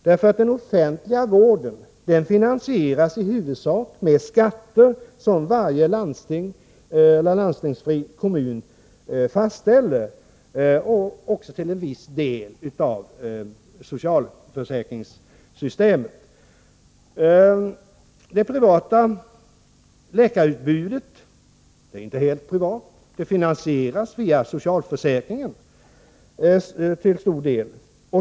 Den offentliga vården finansieras ju i huvudsak med skatter som varje landsting eller landstingsfri kommun fastställer och också till en viss del av socialförsäkringssystemet. Det privata läkarutbudet är inte helt privat; det finansieras till stor del: via socialförsäkringen.